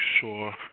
sure